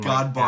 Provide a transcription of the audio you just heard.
God